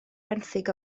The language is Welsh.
fenthyg